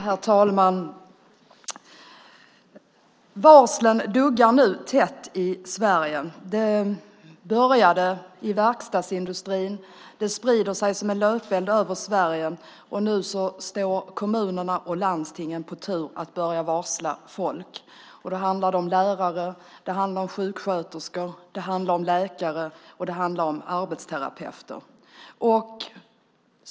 Herr talman! Varslen duggar nu tätt i Sverige. De började i verkstadsindustrin och sprider sig som en löpeld över Sverige. Och nu står kommunerna och landstingen på tur att börja varsla folk. Det handlar om lärare, det handlar om sjuksköterskor, det handlar om läkare och det handlar om arbetsterapeuter.